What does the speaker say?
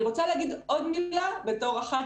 אני רוצה להגיד עוד מילה בתור אחת